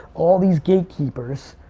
all these gatekeepers.